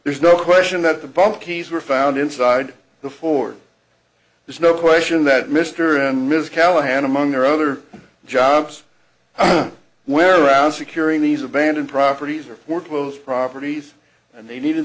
there's no question that the bump keys were found inside the fore there's no question that mr and mrs callahan among their other jobs whereas securing these abandoned properties are foreclosed properties and they needed